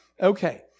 Okay